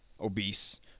obese